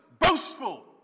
boastful